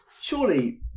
surely